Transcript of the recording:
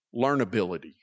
Learnability